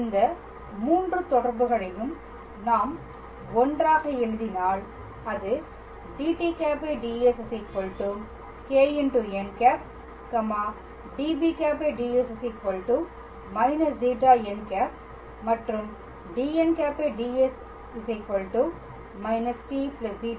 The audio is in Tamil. இந்த 3 தொடர்புகளையும் நாம் ஒன்றாக எழுதினால் அது dt̂ ds κn̂ db̂ ds −ζn̂ dn̂ ds t ζb̂